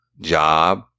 job